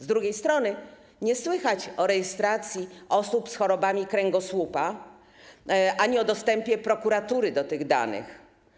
Z drugiej strony nie słychać o rejestracji osób z chorobami kręgosłupa ani o dostępie prokuratury do tych danych.